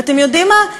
ואתם יודעים מה?